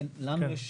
כן, לנו יש